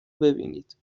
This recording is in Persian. ببینید